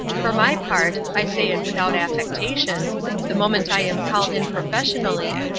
for my part i say it without affectation the moment i am called in professionally,